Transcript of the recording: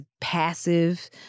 passive